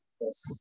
Yes